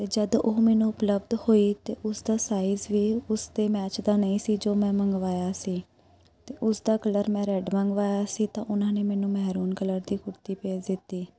ਅਤੇ ਜਦ ਉਹ ਮੈਨੂੰ ਉਪਲਬਧ ਹੋਈ ਤਾਂ ਉਸਦਾ ਸਾਈਜ਼ ਵੀ ਉਸ ਦੇ ਮੈਚ ਦਾ ਨਹੀਂ ਸੀ ਜੋ ਮੈਂ ਮੰਗਵਾਇਆ ਸੀ ਅਤੇ ਉਸ ਦਾ ਕਲਰ ਮੈਂ ਰੈੱਡ ਮੰਗਵਾਇਆ ਸੀ ਤਾਂ ਉਹਨਾਂ ਨੇ ਮੈਨੂੰ ਮਹਿਰੂਨ ਕਲਰ ਦੀ ਕੁੜਤੀ ਭੇਜ ਦਿੱਤੀ